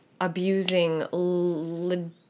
abusing